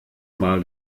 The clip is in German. mal